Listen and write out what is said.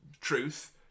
truth